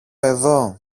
εδώ